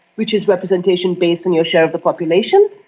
which is representation based on your share of the population.